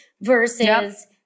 Versus